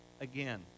again